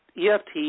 EFT